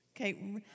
Okay